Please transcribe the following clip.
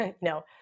no